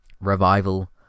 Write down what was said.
revival